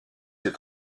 ses